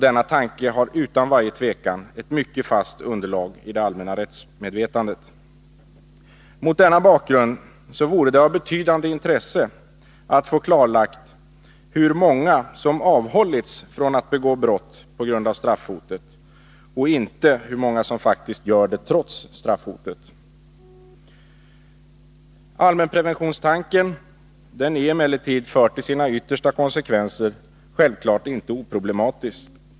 Denna tanke har utan varje tvekan ett mycket fast underlag i det allmänna rättsmedvetandet. Mot denna bakgrund vore det av betydande intresse att få klarlagt hur många som avhållits från att begå brott på grund av straffhotet i stället för hur många som faktiskt begår brott trots straffhotet. Allmänpreventionstanken är, förd till sina yttersta konsekvenser, självfallet inte oproblematisk.